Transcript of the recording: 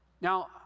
Now